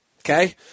Okay